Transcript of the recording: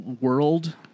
world